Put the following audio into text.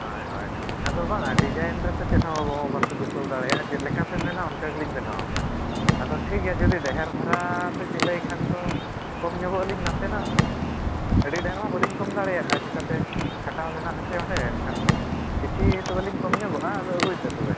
ᱦᱳᱭ ᱦᱳᱭ ᱟᱫᱚ ᱵᱟᱝᱼᱟ ᱰᱤᱡᱟᱭᱤᱱ ᱨᱮᱫᱚ ᱪᱮᱫ ᱦᱚᱸ ᱵᱟᱯᱮ ᱫᱩᱥᱟᱹᱣ ᱫᱟᱲᱮᱭᱟᱜᱼᱟ ᱪᱮᱫ ᱞᱮᱠᱟ ᱯᱮ ᱢᱮᱱᱟ ᱚᱱᱠᱟ ᱜᱮᱞᱤᱧ ᱵᱮᱱᱟᱣᱟᱯᱮᱭᱟ ᱟᱫᱚ ᱴᱷᱤᱠ ᱜᱮᱭᱟ ᱡᱩᱫᱤ ᱰᱷᱮᱹᱨ ᱫᱷᱟᱨᱟ ᱯᱮ ᱥᱤᱞᱟᱹᱭ ᱠᱷᱟᱱ ᱫᱚ ᱠᱚᱢ ᱧᱚᱜᱚᱜ ᱟᱹᱞᱤᱧ ᱱᱟᱥᱮᱱᱟᱜ ᱟᱹᱰᱤ ᱰᱷᱮᱹᱨ ᱢᱟ ᱵᱟᱞᱤᱧ ᱠᱚᱢ ᱫᱟᱲᱮᱭᱟᱜᱼᱟ ᱪᱮᱠᱟᱛᱮ ᱠᱷᱟᱴᱟᱣ ᱢᱮᱱᱟᱜᱼᱟ ᱟᱪᱮ ᱚᱸᱰᱮ ᱮᱱᱠᱷᱟᱱ ᱠᱤᱪᱷᱤ ᱛᱚᱵᱮᱞᱤᱧ ᱠᱚᱢ ᱧᱚᱜᱚᱜᱼᱟ ᱟᱫᱚ ᱟᱹᱜᱩᱭ ᱯᱮ ᱛᱚᱵᱮ